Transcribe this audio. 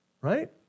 Right